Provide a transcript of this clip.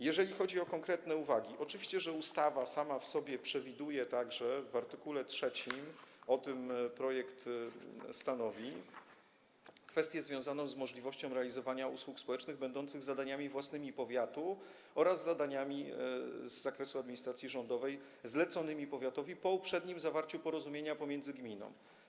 Jeżeli chodzi o konkretne uwagi, to oczywiście ustawa sama w sobie przewiduje, w art. 3, projekt o tym stanowi, kwestię związaną z możliwością realizowania usług społecznych będących zadaniami własnymi powiatu oraz zadaniami z zakresu administracji rządowej zleconymi powiatowi, po uprzednim zawarciu porozumienia pomiędzy gminą.